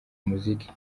umuziki